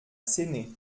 séné